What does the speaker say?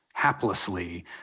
haplessly